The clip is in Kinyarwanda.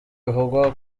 bivugwa